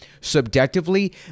subjectively